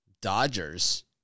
Dodgers